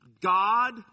God